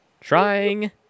Trying